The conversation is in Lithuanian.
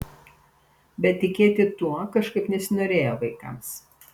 bet tikėti tuo kažkaip nesinorėjo vaikams